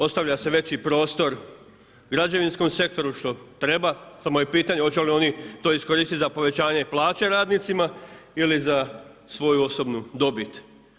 Ostavlja se veći prostor građevinskom sektoru što treba samo je pitanje hoće li oni to iskoristiti za povećanje plaće radnicima ili za svoju osobnu dobit.